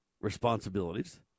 responsibilities